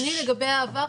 נתונים לגבי העבר,